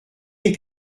des